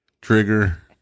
trigger